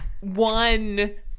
one